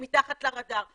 הם מתחת לרדאר.